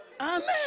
Amen